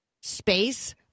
space